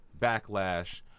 backlash